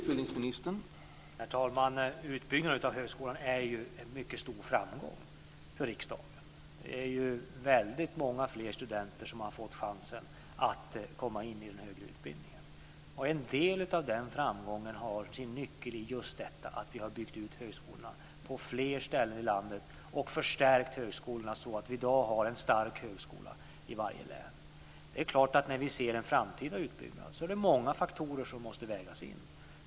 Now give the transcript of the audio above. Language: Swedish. Herr talman! Utbyggnaden av högskolan är en mycket stor framgång för riksdagen. Väldigt många fler studenter har fått chansen att komma in på den högre utbildningen. En del av den framgången har sin nyckel just i att vi har byggt ut högskolorna på fler ställen i landet och förstärkt på högskoleområdet så att vi i dag har en stark högskola i varje län. Det är klart att det, sett till en framtida utbyggnad, är många faktorer som måste vägas in.